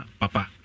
papa